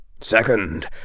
Second